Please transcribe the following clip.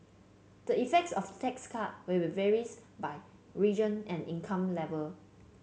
the effects of the tax cut will be varies by region and income level